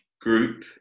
group